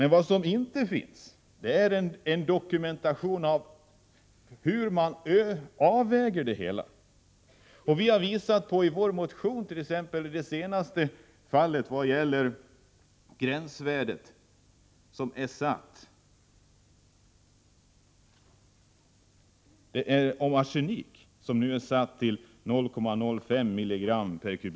Men vad som inte finns är en dokumentation om hur man avväger det hela. Vi hari en motion tagit upp frågan om gränsvärdet för arsenik, som nu är satt till 0,05 mg/m”.